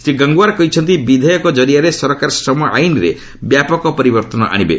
ଶ୍ରୀ ଗଙ୍ଗଓ୍ୱାର କହିଛନ୍ତି ବିଧେୟକ ଜରିଆରେ ସରକାର ଶ୍ରମ ଆଇନରେ ବ୍ୟାପକ ପରିବର୍ତ୍ତନ ଆଣିବେ